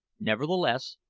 nevertheless,